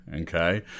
Okay